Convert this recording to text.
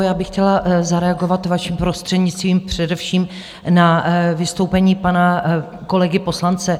Já bych chtěla zareagovat, vaším prostřednictvím, především na vystoupení pana kolegy poslance Juchelky.